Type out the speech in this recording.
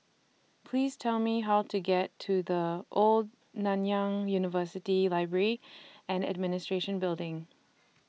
Please Tell Me How to get to The Old Nanyang University Library and Administration Building